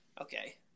okay